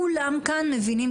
כולם מבינים פה,